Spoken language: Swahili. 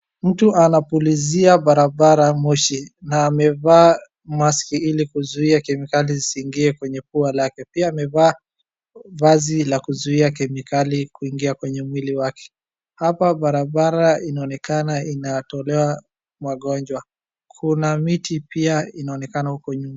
Mtu anapulizia barabara moshi na amevaa maski ili kuzuia kemikali zisiingie kwenye pua lake. Pia amevaa vazi la kuzuia kemikali kuingia kwenye mwili wake. Hapa barabara inaonekana inatolewa magonjwa. Kuna miti pia inaonekana huko nyuma.